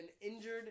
injured